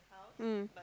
mm